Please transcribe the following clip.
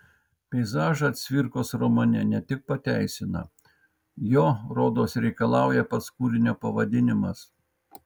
peizažą cvirkos romane ne tik pateisina jo rodos reikalauja pats kūrinio pavadinimas